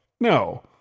no